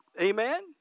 Amen